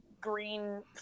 green